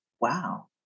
wow